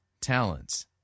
talents